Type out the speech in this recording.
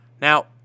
Now